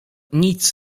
nic